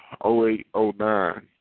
08-09